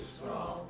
strong